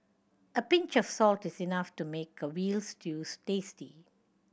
a pinch of salt is enough to make a veal stews tasty